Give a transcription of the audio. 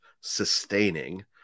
sustaining